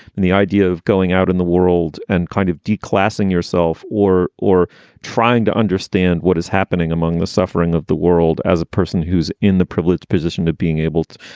and the idea of going out in the world and kind of de-classified yourself or or trying to understand what is happening among the suffering of the world as a person who's in the privileged position of being able to,